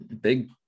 big